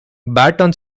barton